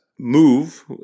move